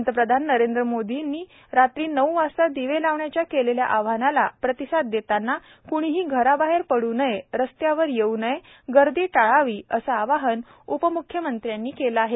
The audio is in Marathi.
पंतप्रधान नरेंद्र मोदींनी रात्री नऊ वाजता दिवे लावण्याच्या केलेल्या आवाहनाला प्रतिसाद देताना क्णीही घराबाहेर पडू नये रस्त्यावर येऊ नये गर्दी टाळावी असंही आवाहन उपम्ख्यमंत्र्यांनी केलं आहे